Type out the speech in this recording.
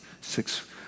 six